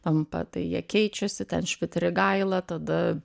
tampa tai jie keičiasi ten švitrigaila tada